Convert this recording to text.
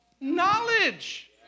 knowledge